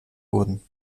wurden